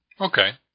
Okay